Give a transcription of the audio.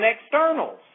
externals